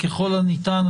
ככל הניתן,